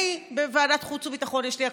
אני בוועדת חוץ וביטחון, יש לי הכבוד.